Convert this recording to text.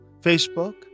Facebook